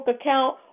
account